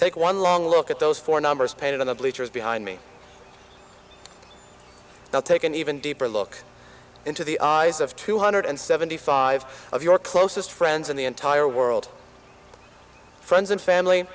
take one long look at those four numbers painted on the bleachers behind me now take an even deeper look into the eyes of two hundred and seventy five of your closest friends in the entire world friends and family